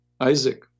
Isaac